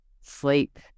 sleep